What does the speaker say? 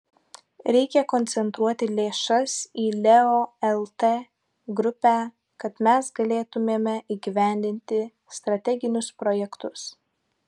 reikia koncentruoti lėšas į leo lt grupę kad mes galėtumėme įgyvendinti strateginius projektus